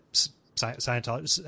Scientology